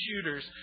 shooters